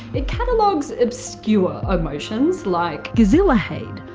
it catalogues obscure emotions, like. gezelligheid,